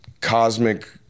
cosmic